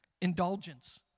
indulgence